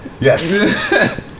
Yes